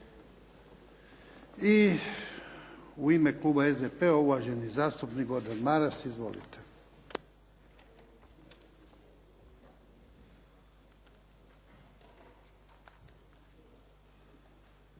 I u ime kluba SDP-a uvaženi zastupnik Gordan Maras. Izvolite.